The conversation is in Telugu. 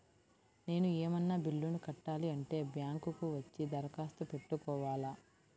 నేను ఏమన్నా బిల్లును కట్టాలి అంటే బ్యాంకు కు వచ్చి దరఖాస్తు పెట్టుకోవాలా?